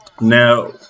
Now